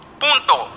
punto